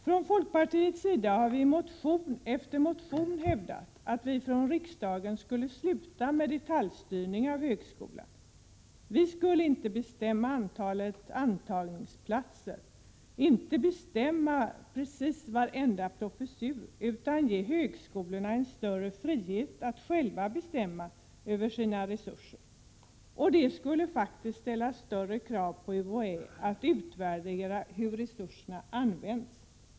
Från folkpartiets sida har vi i motion efter motion hävdat att riksdagen bör besluta att detaljstyrningen av högskolan skall upphöra. Riksdagen skulle inte bestämma antalet intagningsplatser och inte heller besluta om tillsättandet av precis varenda professur, utan ge högskolorna en större frihet att själva bestämma över sina resurser. Detta skulle ställa större krav på UHÄ att utvärdera hur resurserna faktiskt används.